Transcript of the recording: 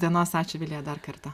dienos ačiū vilija dar kartą